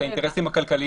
אפשר לאסור את הריקודים?